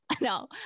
no